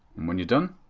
when you are done,